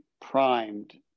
primed